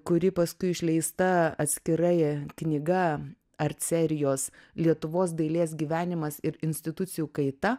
kuri paskui išleista atskirai knyga arcerijos lietuvos dailės gyvenimas ir institucijų kaita